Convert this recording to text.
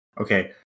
Okay